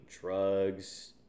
drugs